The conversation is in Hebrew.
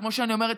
וכמו שאני אומרת,